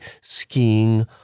skiing